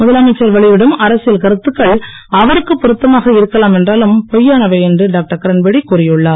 முதலமைச்சர் வெளியிடும் அரசியல் கருத்துக்கன் அவருக்கு பொருத்தமாக இருக்கலாம் என்றாலும் பொய்யானவை என்று டாக்டர் கிரண்பேடி கூறியுள்ளார்